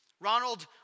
Ronald